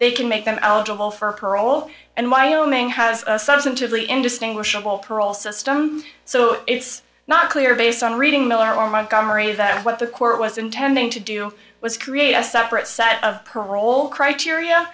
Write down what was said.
they can make them eligible for parole and wyoming has a substantively induced well parole system so it's not clear based on reading miller or montgomery that what the court was intending to do was create a separate set of parole criteria